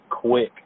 quick